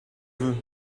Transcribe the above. veux